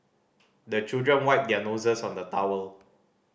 the children wipe their noses on the towel